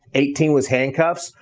eighteen was handcuffs.